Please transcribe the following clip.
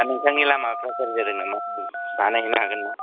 दा नोंथांनि लामाफ्रा गाज्रि जादों नामा जोें बानायहैनो हागोन नाम